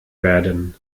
werden